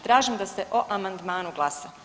Tražim da se o amandmanu glasa.